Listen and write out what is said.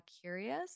curious